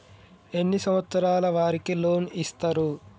ఎన్ని సంవత్సరాల వారికి లోన్ ఇస్తరు?